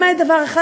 למעט דבר אחד,